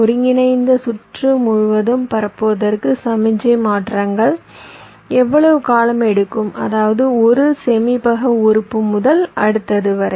ஒருங்கிணைந்த சுற்று முழுவதும் பரப்புவதற்கு சமிக்ஞை மாற்றங்கள் எவ்வளவு காலம் எடுக்கும் அதாவது 1 சேமிப்பக உறுப்பு முதல் அடுத்தது வரை